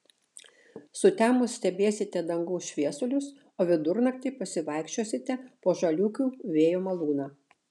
sutemus stebėsite dangaus šviesulius o vidurnaktį pasivaikščiosite po žaliūkių vėjo malūną